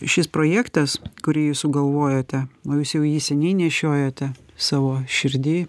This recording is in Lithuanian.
šis projektas kurį jūs sugalvojote o jūs jau jį seniai nešiojote savo širdy